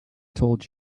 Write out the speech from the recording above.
told